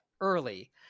early